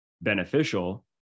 beneficial